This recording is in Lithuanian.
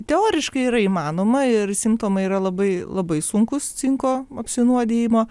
teoriškai yra įmanoma ir simptomai yra labai labai sunkūs cinko apsinuodijimo